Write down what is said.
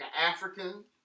African